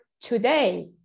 today